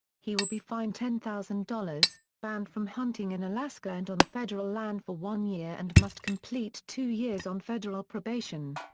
he will be fined ten thousand dollars, banned from hunting in alaska and on federal land for one year and must complete two years on federal probation.